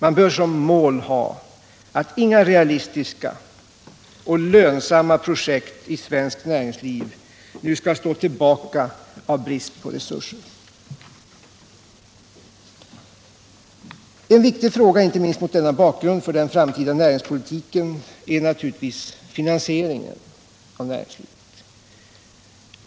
Man bör som mål ha att inga realistiska och lönsamma projekt i svenskt näringsliv nu skall stå tillbaka i brist på resurser. En inte minst mot denna bakgrund viktig fråga för den framtida näringspolitiken är naturligtvis finansieringen av näringslivet.